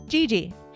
Gigi